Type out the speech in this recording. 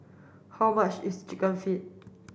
how much is chicken feet